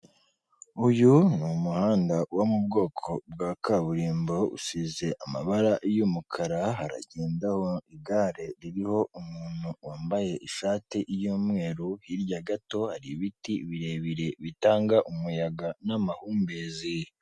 Uyu ni umuhanda wo mu bwoko bwa kaburimbo, usize amabara y'umukara, haragendaho igare ririho umuntu wambaye ishati y'umweru, hirya gato hari ibiti birebire bitanga umuyaga n'amahumbezi.